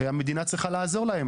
המדינה צריכה לעזור להן.